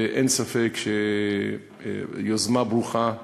אין ספק שזו יוזמה ברוכה.